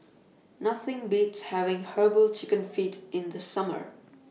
Nothing Beats having Herbal Chicken Feet in The Summer